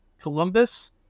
Columbus